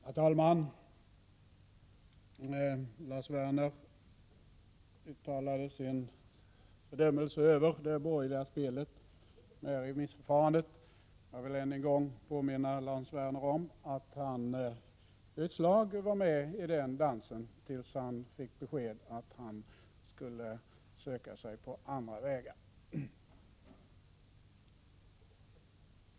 Herr talman! Lars Werner uttalade sin fördömelse över det borgerliga spelet med remissförfarandet. Jag vill än en gång påminna Lars Werner om att han själv ett slag var med i den dansen tills han fick beskedet att han skulle söka sig ut på andra vägar.